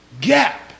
gap